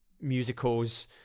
musicals